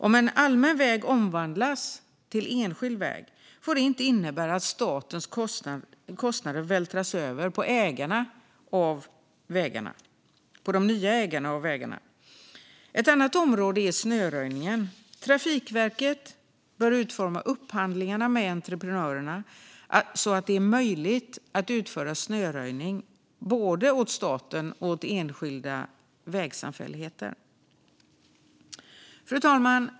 Om en allmän väg omvandlas till enskild väg får detta inte innebära att statens kostnader vältras över på vägarnas nya ägare. Ett annat område är snöröjningen. Trafikverket bör utforma upphandlingar av entreprenörer så att det är möjligt att utföra snöröjning både åt staten och åt enskilda vägsamfälligheter. Fru talman!